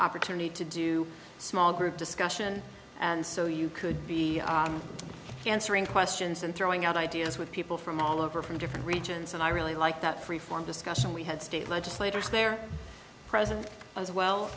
opportunity to do small group discussion and so you could be answering questions and throwing out ideas with people from all over from different regions and i really like that free form discussion we had state legislators there present as well